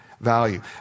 value